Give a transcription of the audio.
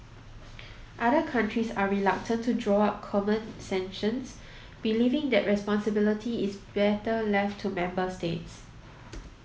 other countries are reluctant to draw up common sanctions believing that responsibility is better left to member states